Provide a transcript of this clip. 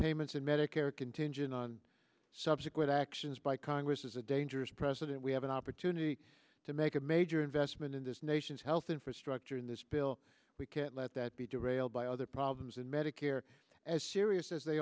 payments in medicare contingent on subsequent actions by congress is a dangerous precedent we have an opportunity to make a major investment in this nation's health infrastructure in this bill we can't let that be derailed by other problems in medicare as serious as they